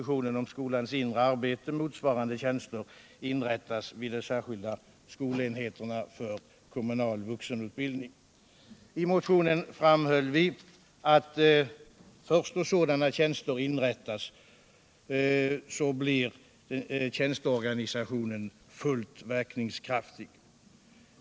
I motionen framhöll vi att först då sådana tjänster inrättats blir tjänsteorganisationen fullt verkningskraftig.